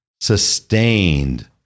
sustained